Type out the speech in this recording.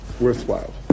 worthwhile